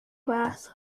math